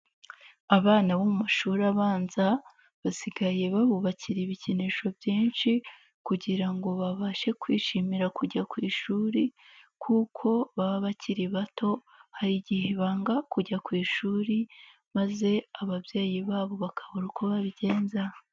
Abana bo mu mashuri abanza, basigaye babubakira ibikinisho byinshi kugira ngo babashe kwishimira kujya ku ishuri kuko baba bakiri bato, hari igihe banga kujya ku ishuri maze ababyeyi babo bakabura uko babigenza.